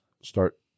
start